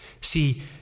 See